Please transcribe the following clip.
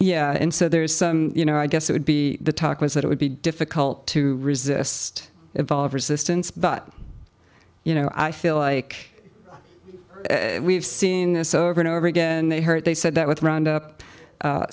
yeah and so there's some you know i guess it would be the talk was that it would be difficult to resist evolve resistance but you know i feel like we've seen this over and over again they hurt they said that with round up